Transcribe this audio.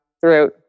throughout